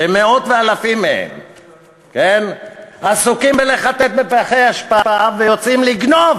שמאות אלפים מהם עסוקים בלחטט בפחי אשפה ויוצאים לגנוב.